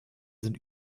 sind